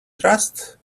trust